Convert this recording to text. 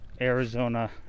Arizona